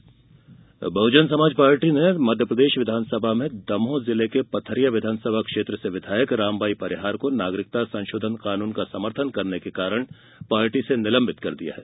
विधायक निलंबित बह्जन समाज पार्टी ने मध्यप्रदेश विधानसभा में दमोह जिले की पथरिया विधानसभा से विधायक रामबाई परिहार को नागरिकता संशोधन कानून का समर्थन करने के कारण पार्टी से निलंबित कर दिया है